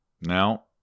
Now